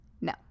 No